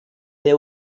they